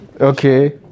Okay